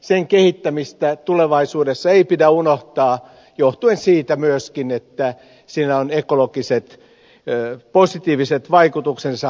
sen kehittämistä tulevaisuudessa ei pidä unohtaa johtuen myöskin siitä että siinä tällä laivaliikenteellä on positiiviset ekologiset vaikutuksensa